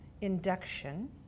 induction